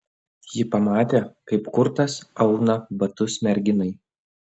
ji pamatė kaip kurtas auna batus merginai